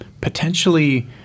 potentially